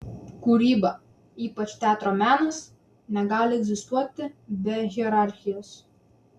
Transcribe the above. kūryba ypač teatro menas negali egzistuoti be hierarchijos